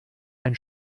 ein